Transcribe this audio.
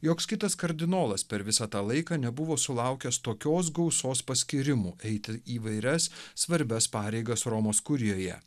joks kitas kardinolas per visą tą laiką nebuvo sulaukęs tokios gausos paskyrimų eiti įvairias svarbias pareigas romos kurijoje